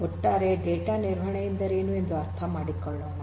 ಒಟ್ಟಾರೆ ಡೇಟಾ ನಿರ್ವಹಣೆ ಎಂದರೇನು ಎಂದು ಅರ್ಥ ಮಾಡಿಕೊಳ್ಳೋಣ